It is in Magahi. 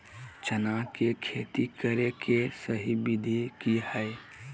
चना के खेती करे के सही विधि की हय?